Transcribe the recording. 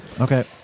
okay